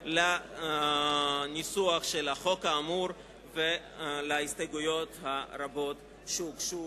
לניסוח של החוק האמור ולהסתייגויות הרבות שהוגשו.